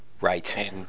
Right